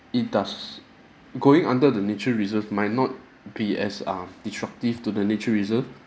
it does going under the nature reserve might not be as uh disruptive to the nature reserve